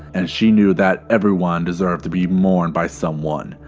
and she knew that everyone deserved to be mourned by someone,